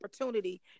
opportunity